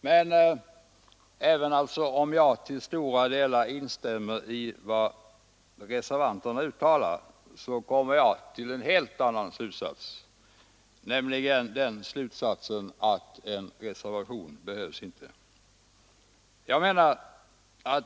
Men även om jag alltså till stora delar instämmer i vad reservanterna uttalat, kommer jag till en helt annan slutsats, nämligen att det inte behövs någon reservation i år.